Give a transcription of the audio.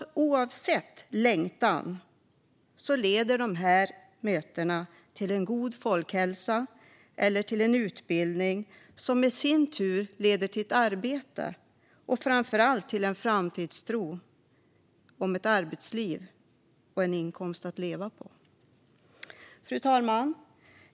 Oavsett längtan leder dessa möten till en god folkhälsa eller till en utbildning, som i sin tur leder till ett arbete och framför allt till en framtidstro om ett arbetsliv och en inkomst att leva på. Fru talman!